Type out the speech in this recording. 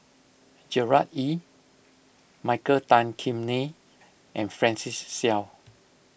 Gerard Ee Michael Tan Kim Nei and Francis Seow